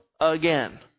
again